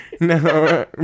No